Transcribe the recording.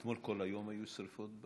אתמול כל היום היו שרפות?